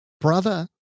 brother